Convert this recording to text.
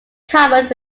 covered